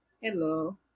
hello